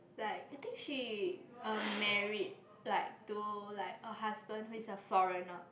like I think she um married like to like her husband who is a foreigner